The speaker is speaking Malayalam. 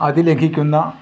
അതിൽ ലയിക്കുന്ന